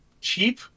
cheap